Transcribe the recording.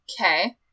Okay